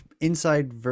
inside